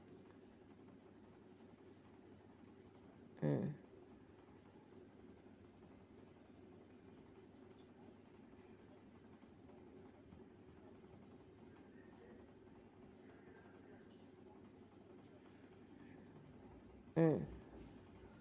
mm mm